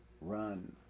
run